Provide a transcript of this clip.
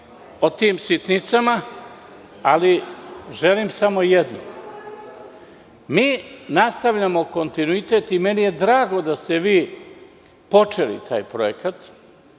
o tim sitnicama, ali želim samo jedno da kažem. Mi nastavljamo kontinuitet i meni je drago da ste vi počeli taj projekat